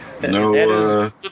No